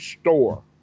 store